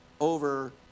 over